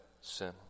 sin